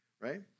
right